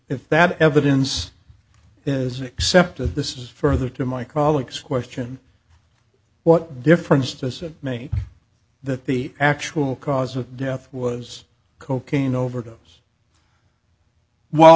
if that evidence is accepted this is further to my colleagues question what difference does it make that the actual cause of death was cocaine overdose w